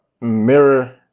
mirror